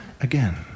again